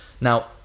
Now